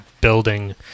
building